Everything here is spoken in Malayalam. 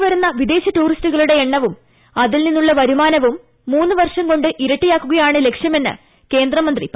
ഇന്ത്യയിലേക്ക് വരുന്ന വിദേശ ടൂറിസ്റ്റുകളുടെ എണ്ണവും അതിൽ നിന്നുള്ള വരുമാനവും മൂന്ന് വർഷം കൊണ്ട് ഇർട്ടിയാക്കുകയാണ് ലക്ഷ്യമെന്ന് കേന്ദ്ര മന്ത്രി പറഞ്ഞു